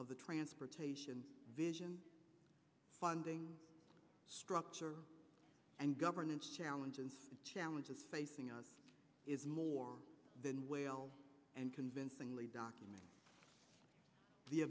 of the transportation vision funding structure and governance challenges the challenges facing us is more than well and convincingly documented the